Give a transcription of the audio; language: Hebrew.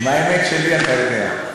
מה האמת שלי אתה יודע.